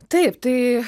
taip tai